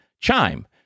Chime